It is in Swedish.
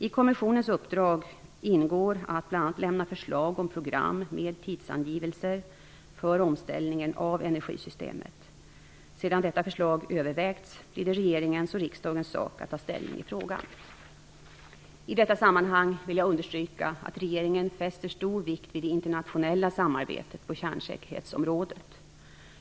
I kommissionens uppdrag ingår att bl.a. lämna förslag om program med tidsangivelser för omställningen av energisystemet. Sedan detta förslag övervägts, blir det regeringens och riksdagens sak att ta ställning i frågan. I detta sammanhang vill jag understryka att regeringen fäster stor vikt vid det internationella samarbetet på kärnsäkerhetsområdet.